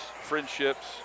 friendships